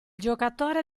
giocatore